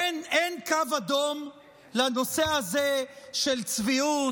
אין קו אדום לנושא הזה של צביעות,